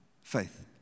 faith